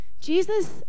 Jesus